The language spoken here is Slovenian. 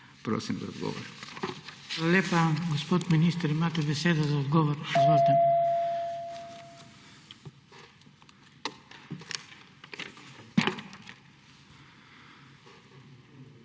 Prosim za odgovore.